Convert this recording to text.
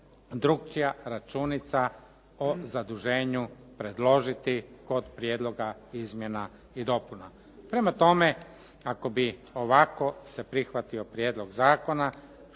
drukčija računica o zaduženju predložiti kod prijedloga izmjena i dopuna. Prema tome, ako bi ovako se prihvatio prijedlog zakona